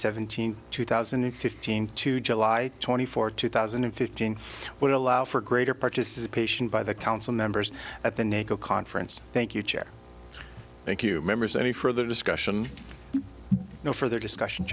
seventeenth two thousand and fifteen to july twenty fourth two thousand and fifteen would allow for greater participation by the council members at the neko conference thank you chair thank you members any further discussion no further discussion